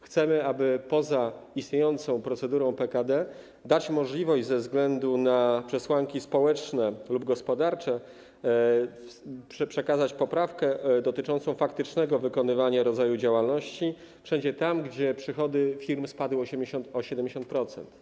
Chcemy, aby poza istniejącą procedurą PKD dać możliwość - ze względu na przesłanki społeczne lub gospodarcze - przekazania poprawki dotyczącej faktycznego wykonywania rodzaju działalności wszędzie tam, gdzie przychody firmy spadły o 70%.